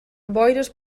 boires